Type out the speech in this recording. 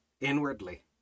inwardly